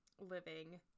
living-